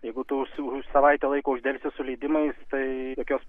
jeigu tu savaitę laiko uždelsi su leidimais tai jokios